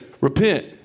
repent